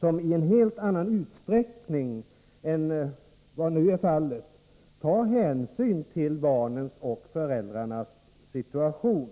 som i en helt annan utsräckning än vad som nu är fallet tar hänsyn till barnens och föräldrarnas situation.